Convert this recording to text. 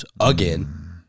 again